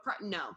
no